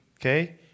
Okay